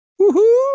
woohoo